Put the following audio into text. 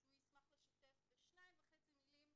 'נשים מובילות שינוי',